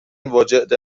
واجد